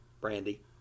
brandy